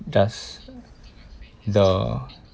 just the